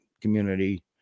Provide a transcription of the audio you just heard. community